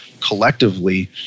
collectively